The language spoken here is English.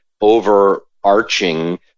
overarching